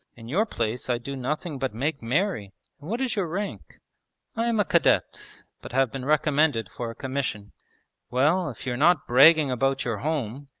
in your place i'd do nothing but make merry! and what is your rank i am a cadet, but have been recommended for a commission well, if you're not bragging about your home,